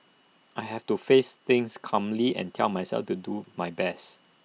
I have to face things calmly and tell myself to do my best